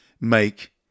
make